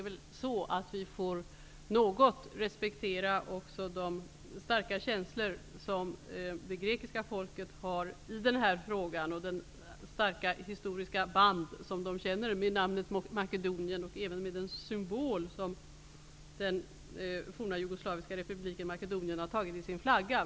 Vi får väl något respektera också de starka känslor som det grekiska folket har i den här frågan och det starka historiska band som det känner med namnet Makedonien och även med den symbol som den forna jugoslaviska republiken Makedonien har tagit med i sin flagga.